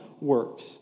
works